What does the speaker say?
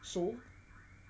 so